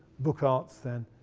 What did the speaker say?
book arts then,